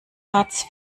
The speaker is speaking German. hartz